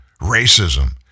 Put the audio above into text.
Racism